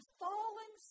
fallen